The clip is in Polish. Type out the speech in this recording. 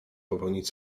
popełnić